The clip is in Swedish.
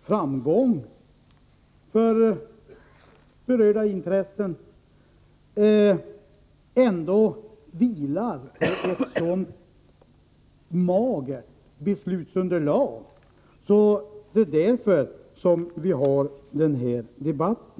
framgång för berörda intressen, ändå vilar på ett magert beslutsunderlag. Det är därför vi har denna debatt.